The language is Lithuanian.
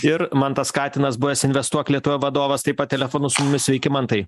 ir mantas katinas buvęs investuok lietuva vadovas taip pat telefonu su mumis sveiki mantai